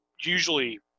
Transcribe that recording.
usually